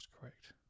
correct